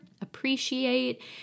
appreciate